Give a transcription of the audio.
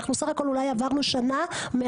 אנחנו סך הכל אולי עברנו שנה מההסדר,